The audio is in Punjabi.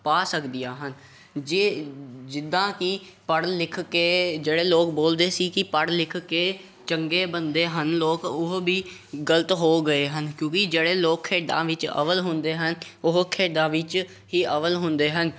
ਪਾ ਸਕਦੀਆਂ ਹਨ ਜੇ ਜਿੱਦਾਂ ਕਿ ਪੜ੍ਹ ਲਿਖ ਕੇ ਜਿਹੜੇ ਲੋਕ ਬੋਲਦੇ ਸੀ ਕਿ ਪੜ੍ਹ ਲਿਖ ਕੇ ਚੰਗੇ ਬਣਦੇ ਹਨ ਲੋਕ ਉਹ ਵੀ ਗਲਤ ਹੋ ਗਏ ਹਨ ਕਿਉਂਕਿ ਜਿਹੜੇ ਲੋਕ ਖੇਡਾਂ ਵਿੱਚ ਅੱਵਲ ਹੁੰਦੇ ਹਨ ਉਹ ਖੇਡਾਂ ਵਿੱਚ ਹੀ ਅੱਵਲ ਹੁੰਦੇ ਹਨ